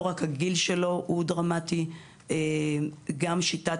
לא רק הגיל שלו הוא דרמטי אלא גם שיטת